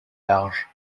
large